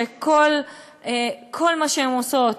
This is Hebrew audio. שכל מה שהן עושות,